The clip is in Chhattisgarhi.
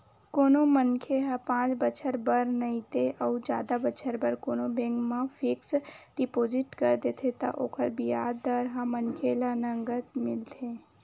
कोनो मनखे ह पाँच बछर बर नइते अउ जादा बछर बर कोनो बेंक म फिक्स डिपोजिट कर देथे त ओकर बियाज दर ह मनखे ल नँगत मिलथे